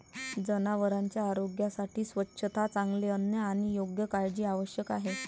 जनावरांच्या आरोग्यासाठी स्वच्छता, चांगले अन्न आणि योग्य काळजी आवश्यक आहे